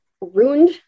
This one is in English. ruined